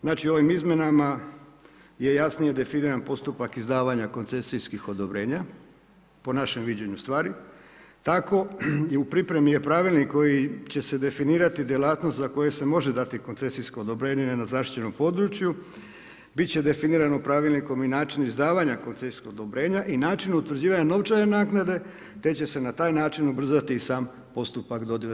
Znači ovim izmjenama je jasnije definiran postupak izdavanja koncesijskih odobrenja, po našem viđenju stvari, tako i u pripremi je pravilnik kojim će se definirati djelatnost za koju se može dati koncesijsko odobrenje na nezaštićenom području, bit će definirano pravilnikom i način izdavanja koncesijskog odobrenja i način utvrđivanja novčane naknade te će se na taj način ubrzati i sam postupak dodjele.